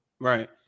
Right